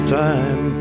time